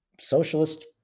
socialist